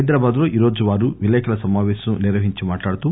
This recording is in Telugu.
హైదరాబాదులో ఈ రోజు వారు విలేఖర్ల సమాపేశం నిర్వహించి మాట్లాడుతూ